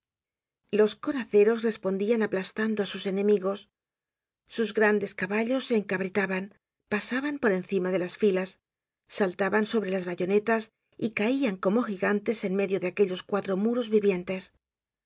los coraceros respondian aplastando á sus enemigos sus grandes caballos se encabritaban pasaban por encima de las filas saltaban sobre las bayonetas y caian como gigantes en medio de aquellos cuatro muros vivientes